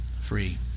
free